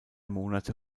monate